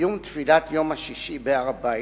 בסיום תפילת יום השישי בהר-הבית,